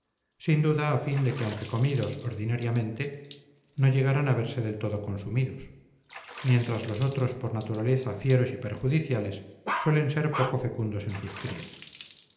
sin duda a fin de que aunque comidos ordinariamente no llegaran a verse del todo consumidos mientras los otros por naturaleza fieros y perjudiciales suelen ser poco fecundos en sus crías